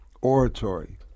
oratory